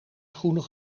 schoenen